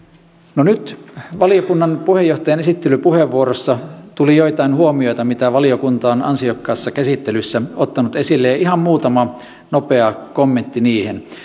no nyt valiokunnan puheenjohtajan esittelypuheenvuorossa tuli joitain huomioita mitä valiokunta on ansiokkaassa käsittelyssä ottanut esille ja ihan muutama nopea kommentti niihin